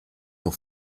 nur